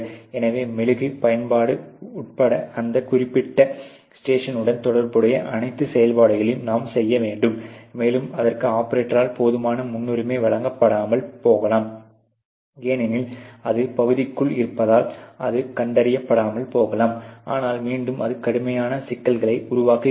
எனவே மெழுகு பயன்பாடு உட்பட அந்த குறிப்பிட்ட ஸ்டேஷனுடன் தொடர்புடைய அனைத்து செயல்பாடுகளையும் நாம் செய்ய வேண்டும் மேலும் அதற்கு ஆபரேட்டரால் போதுமான முன்னுரிமை வழங்கப்படாமல் போகலாம் ஏனெனில் அது பகுதிக்குள் இருப்பதால் அது கண்டறியப்படாமல் போகலாம் ஆனால் மீண்டும் அது கடுமையான சிக்கல்களை உருவாக்குகிறது